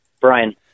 Brian